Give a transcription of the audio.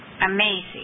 amazing